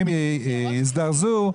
אני